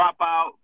dropout